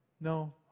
No